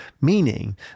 meaning